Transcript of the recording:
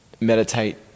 meditate